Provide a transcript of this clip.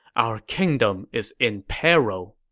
our kingdom is in peril!